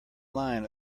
line